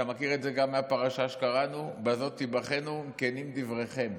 אתה מכיר את זה גם מהפרשה שקראנו: בזאת תיבחנו אם כנים דבריכם.